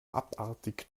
abartig